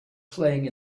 playing